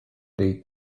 dei